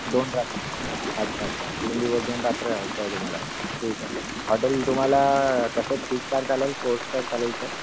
दोन रात्र अच्छा अच्छा तीन दिवस दोन रात्र रहायचं आहे तुम्हाला ठीक आहे हॉटेल तुम्हाला कसं थ्री स्टार चालेल फोर स्टार चालेल सर